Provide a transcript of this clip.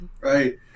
Right